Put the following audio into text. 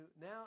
now